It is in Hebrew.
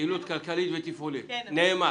יעילות כלכלית ותפעולית, נאמר.